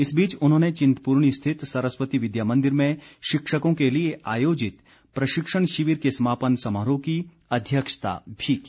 इस बीच उन्होंने चिंतपूर्णी स्थित सरस्वती विद्या मंदिर में शिक्षकों के लिए आयोजित प्रशिक्षण शिविर के समापन समारोह की अध्यक्षता भी की